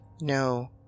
no